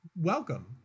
welcome